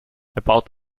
about